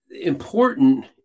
important